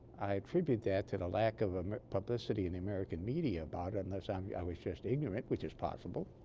i attribute that to the lack of ah publicity in the american media about it unless um yeah i was just ignorant which is possible